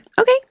Okay